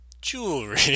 jewelry